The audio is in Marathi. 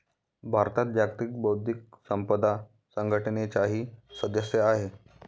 भारत जागतिक बौद्धिक संपदा संघटनेचाही सदस्य आहे